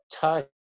touch